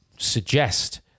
Suggest